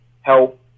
help